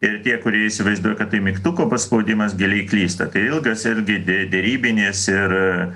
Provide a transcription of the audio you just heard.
ir tie kurie įsivaizduoja kad tai mygtuko paspaudimas giliai klysta tai ilgas irgi de derybinis ir